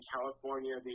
california